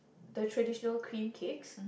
the traditional cream cakes